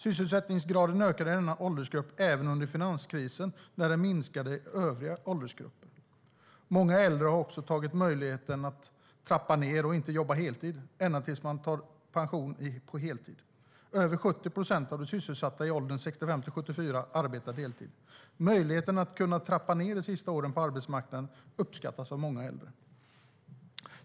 Den ökade i denna åldersgrupp även under finanskrisen, när den minskade i övriga åldersgrupper. Många äldre har också tagit möjligheten att trappa ned och inte jobba heltid ända tills de går i pension. Över 70 procent av de sysselsatta i åldern 65-74 arbetar deltid. Möjligheten att trappa ned under de sista åren på arbetsmarknaden uppskattas av många äldre.